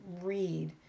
read